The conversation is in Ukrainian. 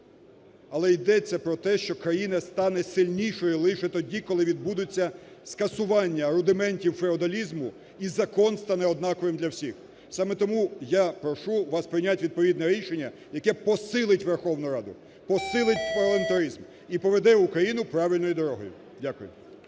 Але йдеться про те, що країна стане сильнішою лише тоді, коли відбудуться скасування рудиментів феодалізму і закон стане однаковим для всіх. Саме тому я прошу вас прийняти відповідне рішення, яке посилить Верховну Раду, посилить парламентаризм і поведе Україну правильною дорогою. Дякую.